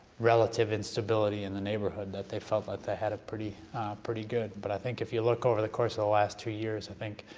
relative instability in the neighborhood that they felt like they had it pretty good. but i think if you look over the course of the last two years, i think